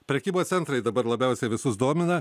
prekybos centrai dabar labiausiai visus domina